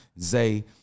Zay